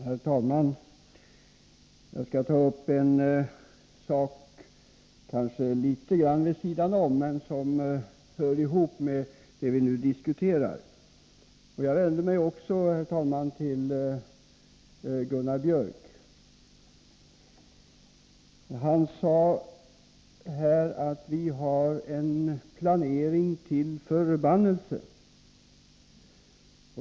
Herr talman! Jag skall ta upp en sak som kanske ligger litet grand vid sidan om den fråga vi nu diskuterar men som ändå hör ihop med den. Jag vänder mig också, herr talman, till Gunnar Biörck i Värmdö. Han sade att vi har en planering till förbannelse.